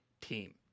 team